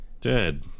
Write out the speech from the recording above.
dead